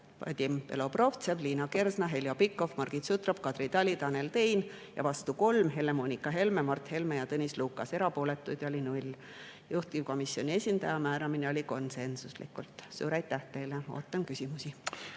Vadim Belobrovtsev, Liina Kersna, Heljo Pikhof, Margit Sutrop, Kadri Tali, Tanel Tein; vastu 3: Helle-Moonika Helme, Mart Helme ja Tõnis Lukas; erapooletuid oli 0. Juhtivkomisjoni esindaja määramine oli konsensuslik. Suur aitäh teile! Ootan küsimusi.